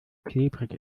klebrig